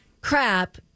crap